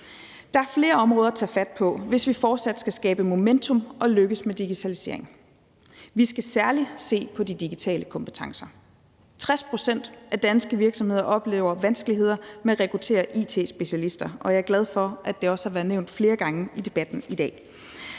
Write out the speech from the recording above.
Der er flere områder at tage fat på, hvis vi fortsat skal skabe momentum og lykkes med digitalisering. Vi skal særlig se på de digitale kompetencer. 60 pct. af danske virksomheder oplever vanskeligheder med at rekruttere it-specialister, og jeg er glad for, at det også har været nævnt flere gange i debatten i dag.